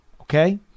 Okay